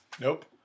Nope